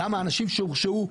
למה אנשים שהורשעו,